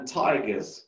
tigers